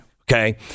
Okay